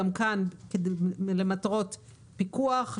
וגם כאן למטרות פיקוח,